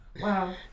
wow